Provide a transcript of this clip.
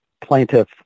plaintiff